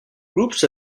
groups